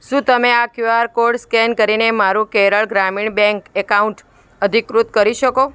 શું તમે આ ક્યુ આર કોડ સ્કેન કરીને મારું કેરળ ગ્રામીણ બેંક એકાઉન્ટ અધિકૃત કરી શકો